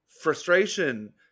frustration